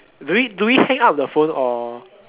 do we do we hang up the phone or